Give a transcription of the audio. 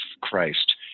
Christ